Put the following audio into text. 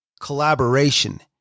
collaboration